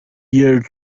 year